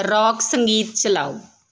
rock ਸੰਗੀਤ ਚਲਾਓ